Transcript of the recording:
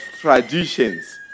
traditions